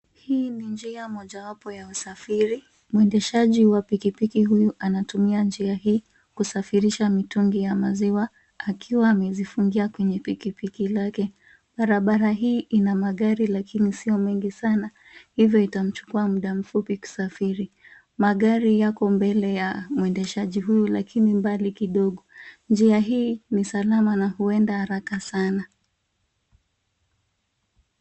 Hii ni njia mojawapo ya usafiri, mwendeshaji wa pikipiki huyu anatumia njia hii kusafirisha mitungi ya maziwa akiwa amezifungia kwenye pikipiki yake. Barabara hii ina magari lakini sio mengi sana, hivyo itamchukua muda mfupi kusafiri. Magari yako mbele ya mwendeshaji huyu lakini mbali kidogo. Njia hii ni salama na huenda haraka sana.